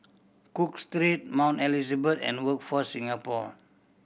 Cook Street Mount Elizabeth and Workforce Singapore